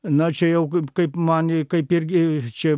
na čia jau kaip kaip man kaip irgi čia